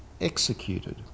executed